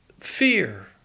fear